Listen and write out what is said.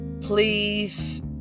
please